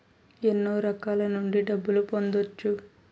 ఎన్నో రకాల నుండి డబ్బులు పొందొచ్చు